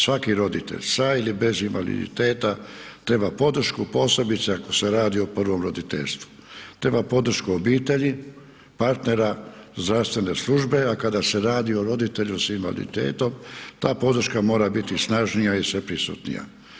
Svaki roditelj sa ili bez invaliditeta treba podršku, posebice ako se radi o prvom roditeljstvu, treba podršku obitelji, partnera, zdravstvene službe, a kada se radi o roditelju s invaliditetom, ta podrška mora biti snažnija i sve prisutnija.